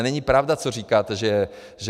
Není pravda, co říkáte, že...